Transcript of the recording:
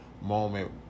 moment